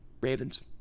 Ravens